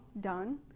done